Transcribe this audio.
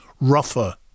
rougher